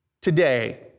today